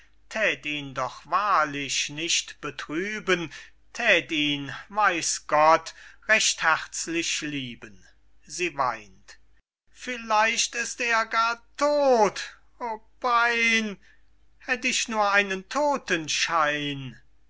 ihn doch wahrlich nicht betrüben thät ihn weiß gott recht herzlich lieben sie weint vielleicht ist er gar todt o pein hätt ich nur einen todtenschein